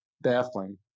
baffling